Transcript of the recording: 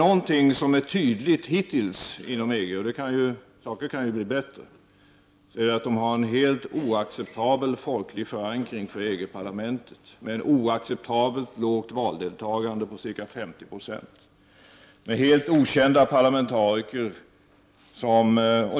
Något som hittills har varit tydligt i EG — saker kan ju bli bättre — är att EG har en helt oacceptabelt svag folklig förankring i EG parlamentet, med ett oacceptabelt lågt valdeltagande på ca 50 90 och helt okända parlamentariker.